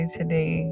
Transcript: today